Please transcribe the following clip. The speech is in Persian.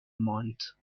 ماند